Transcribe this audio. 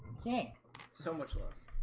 king so much was